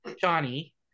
Johnny